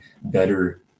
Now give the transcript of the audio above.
better